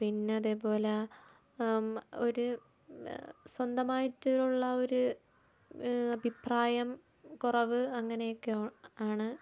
പിന്നെ അതേപോലെ ഒരു സ്വന്തമായിട്ടുള്ള ഒരു അഭിപ്രായം കുറവ് അങ്ങനെയൊക്കെ ആണ്